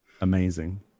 Amazing